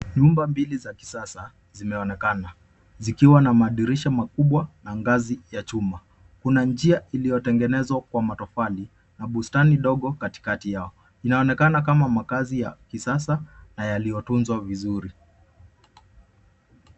Nyumba mbili za kisasa zimeonekana zikiwa na madirisha makubwa na ngazi ya chuma. Kuna njia iliyotengenezwa kwa matofali na bustani ndogo katikati yao. Inaonekana kama makazi ya kisasa na yaliyotunzwa vizuri.